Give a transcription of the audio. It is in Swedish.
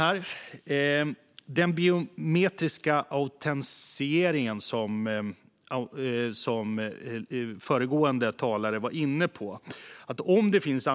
Modernare regler för användningen av tvångsmedel Föregående talare var inne på den biometriska autentiseringen.